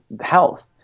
health